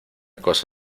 cosa